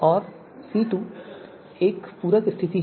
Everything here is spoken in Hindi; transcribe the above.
और C2 एक पूरक स्थिति है